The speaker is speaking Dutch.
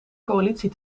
coalitie